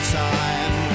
time